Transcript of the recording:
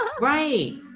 Right